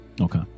Okay